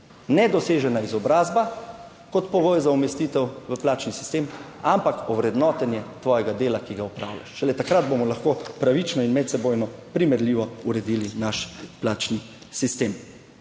nedosežena izobrazba kot pogoj za umestitev v plačni sistem, ampak ovrednotenje tvojega dela, ki ga opravljaš. Šele takrat bomo lahko pravično in medsebojno primerljivo uredili naš plačni sistem.